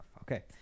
Okay